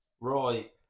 Right